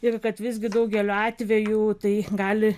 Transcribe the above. ir kad visgi daugeliu atvejų tai gali